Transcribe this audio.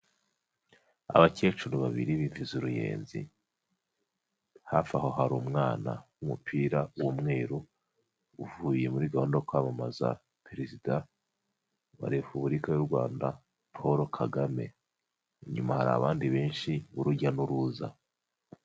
Abakecuru babiri b'imvi z'uruyenzi, hafi aho hari umwana w 'umupira w'umweru uvuye muri gahunda yo kwamamaza Perezida wa Repubulika y'u Rwanda Paul Kagame, inyuma hari abandi benshi, urujya n'uruza.